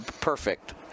Perfect